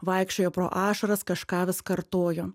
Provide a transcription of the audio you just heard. vaikščiojo pro ašaras kažką vis kartojo